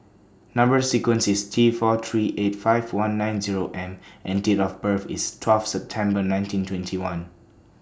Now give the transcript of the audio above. Number sequence IS T four three eight five one nine Zero M and Date of birth IS twelve September nineteen twenty one